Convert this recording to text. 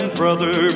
brother